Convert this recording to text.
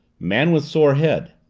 man with sore head.